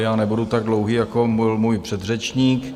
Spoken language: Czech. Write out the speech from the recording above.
Já nebudu tak dlouhý jako můj předřečník.